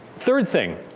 third thing.